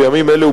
בימים אלו,